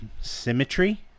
symmetry